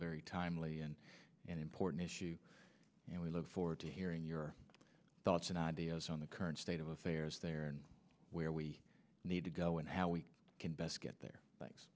very timely and important issue and we look forward to hearing your thoughts and ideas on the current state of affairs there and where we need to go and how we can best get the